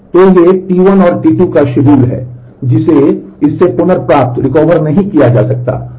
तो ये T1 और T2 का शेड्यूल है जिसे इससे पुनर्प्राप्त नहीं किया जा सकता है